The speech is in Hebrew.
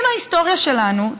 עם ההיסטוריה שלנו,